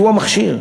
שהוא המכשיר.